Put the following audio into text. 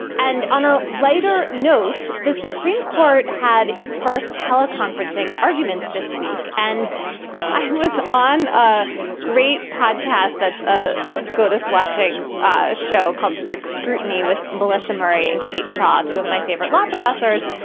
and on a lighter note, the supreme court had its first teleconferencing arguments this week. and i was on a great podcast that's a scotus watching a show called strict scrutiny with melissa murray and kate shaw, two of my favorite law professors,